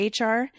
HR